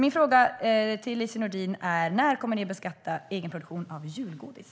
Min fråga till Lise Nordin är: När kommer ni att beskatta egenproduktion av julgodis?